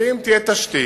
ואם תהיה תשתית,